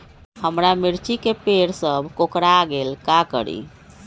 हमारा मिर्ची के पेड़ सब कोकरा गेल का करी?